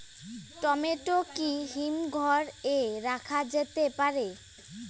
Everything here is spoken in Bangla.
টমেটো কি হিমঘর এ রাখা যেতে পারে?